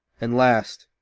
and last,